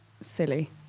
silly